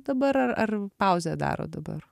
dabar ar ar pauzę darot dabar